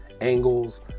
angles